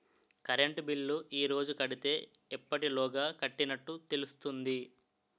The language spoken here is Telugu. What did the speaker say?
కరెంట్ బిల్లు ఈ రోజు కడితే ఎప్పటిలోగా కట్టినట్టు తెలుస్తుంది?